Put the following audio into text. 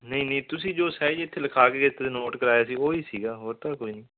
ਨਹੀਂ ਨਹੀਂ ਤੁਸੀਂ ਜੋ ਸਾਈਜ ਇੱਥੇ ਲਿਖਾ ਕੇ ਗਏ ਤੁਸੀਂ ਨੋਟ ਕਰਾਇਆ ਸੀ ਓਹੀ ਸੀਗਾ ਹੋਰ ਤਾਂ ਕੋਈ ਨਹੀਂ